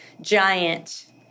giant